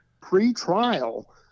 pre-trial